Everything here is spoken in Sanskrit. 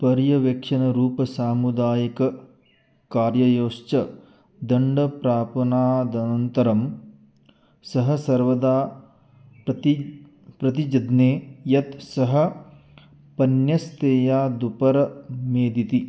पर्यवेक्षणरूपसामुदायिककार्ययोश्च दण्डप्रापणादनन्तरं सः सर्वदा प्रति प्रतिजज्ञे यत् सः पण्यस्तेयादुपरमेदिति